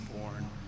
born